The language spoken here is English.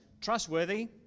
trustworthy